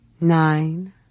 nine